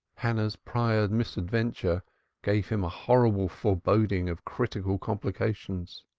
hannah's prior misadventure gave him a horrible foreboding of critical complications.